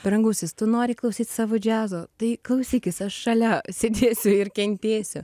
brangusis tu nori klausyt savo džiazo tai klausykis aš šalia sėdėsiu ir kentėsiu